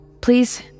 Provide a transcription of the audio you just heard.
Please